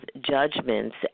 judgments